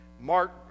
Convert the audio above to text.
Mark